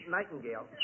Nightingale